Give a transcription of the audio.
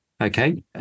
okay